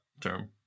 term